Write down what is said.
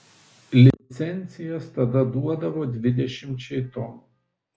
licencijas tada duodavo dvidešimčiai tonų